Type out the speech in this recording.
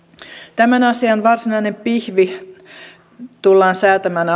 tämän asian varsinainen pihvi tullaan säätämään